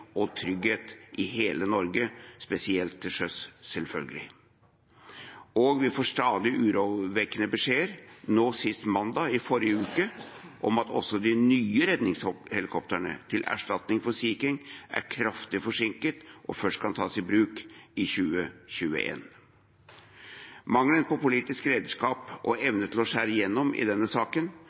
og for trygghet i hele Norge – spesielt til sjøs, selvfølgelig. Vi får stadig urovekkende beskjeder, nå sist mandag i forrige uke, om at også de nye redningshelikoptrene til erstatning for Sea King er kraftig forsinket og først kan tas i bruk i 2021. Mangelen på politisk redskap og evne til å skjære igjennom i denne saken